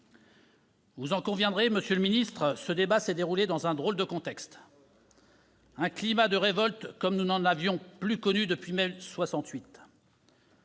Vous en conviendrez, monsieur le ministre, ce débat s'est déroulé dans un drôle de contexte : un climat de révolte comme nous n'en avions plus connu depuis mai 68.